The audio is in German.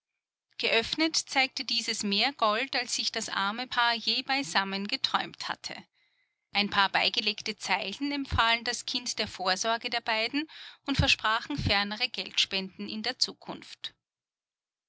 geöffnet zeigte dieses mehr gold als sich das arme paar je beisammen geträumt hatte ein paar beigelegte zeilen empfahlen das kind der vorsorge der beiden und versprachen fernere geldspenden in den zukunft